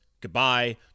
Goodbye